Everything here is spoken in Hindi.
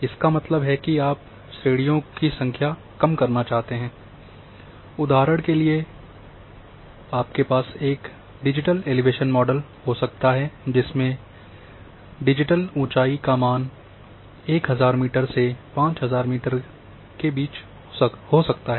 इसका मतलब है कि आप श्रेणियों की संख्या कम करना चाहते हैं उदाहरण के लिए करने से आपके पास एक डिजिटल एलिवेशन मॉडल हो सकता है जिसमें डिजिटल ऊंचाई का मान 1000 मीटर से 5000 मीटर के बीच हो सकता है